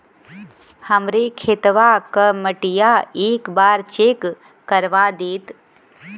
हमरे खेतवा क मटीया एक बार चेक करवा देत?